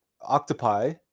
octopi